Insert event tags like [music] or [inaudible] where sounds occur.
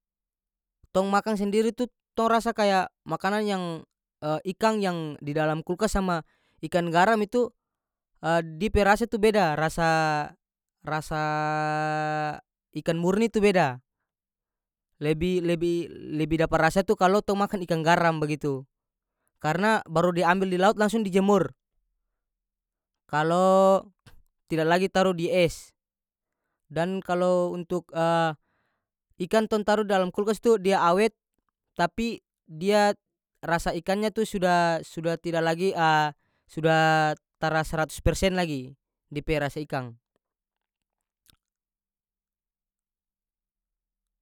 Tong makang sendiri tut tong rasa kaya makanan yang [hesitation] ikang yang di dalam kulkas sama ikan garam itu [hesitation] dia pe rasa tu beda rasa- rasa ikan murni tu beda lebih- lebih dapa rasa tu kalo tong makan ikan garam bagitu karena baru diambil di laut langsung dijemur kalo tida lagi taru di es dan kalo untuk [hesitation] ikan tong taru dalam kulkas tu dia tapi dia rasa ikannya tu suda- suda tida lagi [hesitation] suda tara saratus persen lagi dia pe rasa ikang.